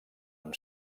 amb